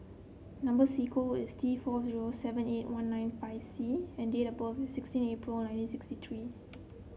number sequence is T four zero seven eight one nine five C and date of birth is sixteen April nineteen sixty three